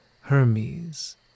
Hermes